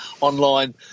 online